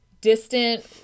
distant